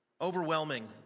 Overwhelming